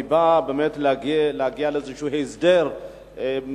היא באה באמת להגיע לאיזה הסדר ממשלתי,